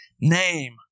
name